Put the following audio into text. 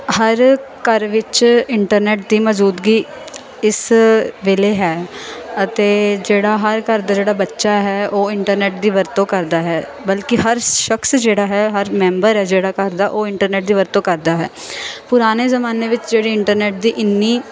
ਹਰ ਘਰ ਵਿੱਚ ਇੰਟਰਨੈਟ ਦੀ ਮੌਜੂਦਗੀ ਇਸ ਵੇਲੇ ਹੈ ਅਤੇ ਜਿਹੜਾ ਹਰ ਘਰ ਦਾ ਜਿਹੜਾ ਬੱਚਾ ਹੈ ਉਹ ਇੰਟਰਨੈਟ ਦੀ ਵਰਤੋਂ ਕਰਦਾ ਹੈ ਬਲਕਿ ਹਰ ਸ਼ਖਸ ਜਿਹੜਾ ਹੈ ਹਰ ਮੈਂਬਰ ਆ ਜਿਹੜਾ ਘਰ ਦਾ ਉਹ ਇੰਟਰਨੈਟ ਦੀ ਵਰਤੋਂ ਕਰਦਾ ਹੈ ਪੁਰਾਣੇ ਜ਼ਮਾਨੇ ਵਿੱਚ ਜਿਹੜੀ ਇੰਟਰਨੈਟ ਦੀ ਇੰਨੀ